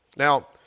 Now